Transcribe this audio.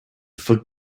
for